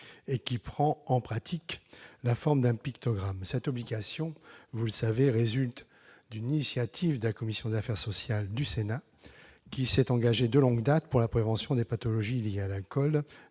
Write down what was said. et qui prend, en pratique, la forme d'un pictogramme. Cette obligation résulte d'une initiative de la commission des affaires sociales du Sénat, qui s'est engagée de longue date pour la prévention des pathologies liées à l'alcool,